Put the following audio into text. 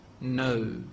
No